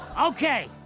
Okay